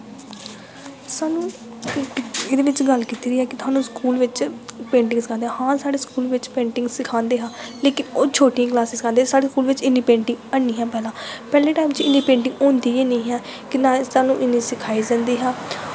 सानूं इक एह्दे बिच्च गल्ल कीती दी ऐ कि थुआनू स्कूल बिच्च पेंटिंग सखांदे हे हां साढ़े स्कूल बिच्च पेंटिंग सखांदे हे लेकिन ओह् छोटी क्लासिस आह्ले साढ़े स्कूल बिच्च इन्नी पेंटिंग ऐनी ही पैह्लें पैह्ले टैम बिच्च इन्नी पेंटिंग होंदी गै नेईं ही कि नां सानूं इन्नी सखाई सकदे हे